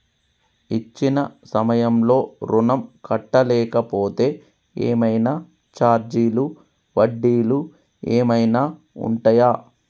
ఇచ్చిన సమయంలో ఋణం కట్టలేకపోతే ఏమైనా ఛార్జీలు వడ్డీలు ఏమైనా ఉంటయా?